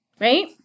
right